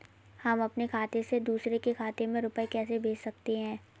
हम अपने खाते से दूसरे के खाते में रुपये कैसे भेज सकते हैं?